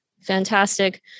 fantastic